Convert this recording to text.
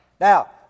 Now